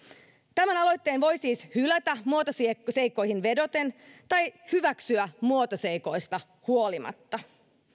tämän aloitteen voi siis hylätä muotoseikkoihin vedoten tai hyväksyä muotoseikoista huolimatta